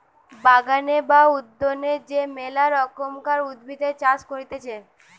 বাগান বা উদ্যানে যে মেলা রকমকার উদ্ভিদের চাষ করতিছে